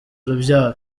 urubyaro